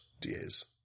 DAs